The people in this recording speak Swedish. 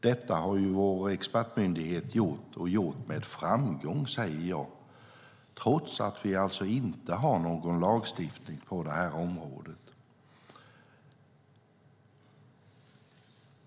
Detta har vår expertmyndighet gjort - och gjort med framgång, säger jag - trots att vi alltså inte har någon lagstiftning på området.